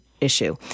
issue